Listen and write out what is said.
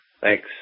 Thanks